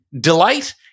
delight